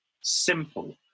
Simple